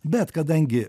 bet kadangi